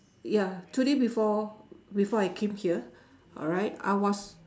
ya today before before I came here alright I was